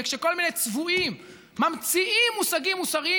וכשכל מיני צבועים ממציאים מושגים מוסריים,